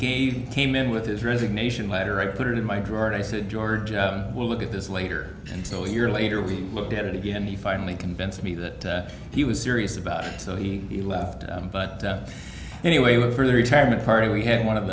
he came in with his resignation letter i put it in my drawer and i said george i will look at this later and so a year later we looked at it again he finally convinced me that he was serious about it so he he left but anyway for the retirement party we had one of